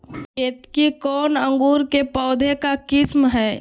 केतकी कौन अंकुर के पौधे का किस्म है?